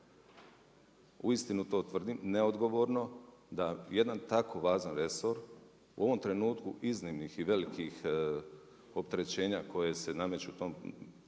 uistinu to tvrdim, neodgovorno da jedan tako važan resor u ovom trenutku iznimnih i velikih opterećenja koja se nameću kroz